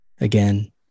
again